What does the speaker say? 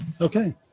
okay